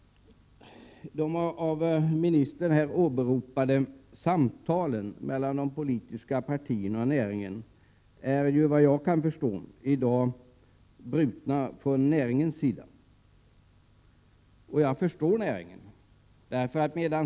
De av ministern åberopade samtalen mellan de politiska partierna och näringen har, vad jag kan förstå, brutits från näringens sida. Jag förstår näringen.